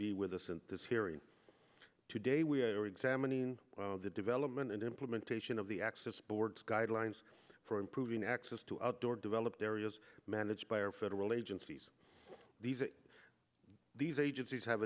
be with us in this hearing today we are examining the development and implementation of the access board's guidelines for improving access to outdoor developed areas managed by our federal agencies these are these agencies have